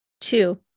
Two